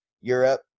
Europe